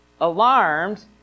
Alarmed